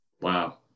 Wow